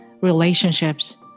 relationships